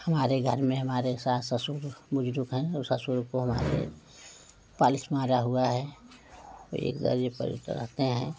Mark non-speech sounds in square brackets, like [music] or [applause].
हमारे घर में हमारे सास ससुर बुज़ुर्ग हैं और ससुर को हमारे फ़ालिज मारा हुआ है एक बार ये [unintelligible] कराते हैं